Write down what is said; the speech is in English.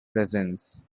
presence